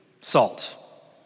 salt